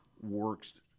works